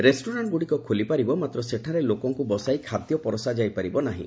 ରେଷ୍ଟରାକ୍କଗୁଡ଼ିକ ଖୋଲିପାରିବ ମାତ୍ର ସେଠାରେ ଲୋକଙ୍ଙ ବସାଇ ଖାଦ୍ୟ ପରଷା ଯାଇପାରିବ ନାହିଁ